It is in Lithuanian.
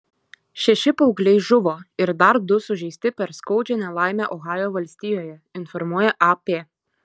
šeši paaugliai žuvo ir dar du sužeisti per skaudžią nelaimę ohajo valstijoje informuoja ap